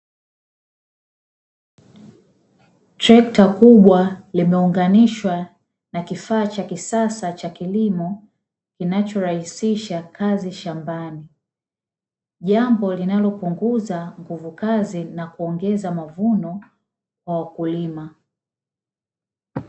Trekta kubwa limeunganishwa na kifaa cha kisasa cha kilimo kinachorahisisha kazi shambani, jambo linalopunguza nguvu kazi na kuongeza mavuno kwa wakulima.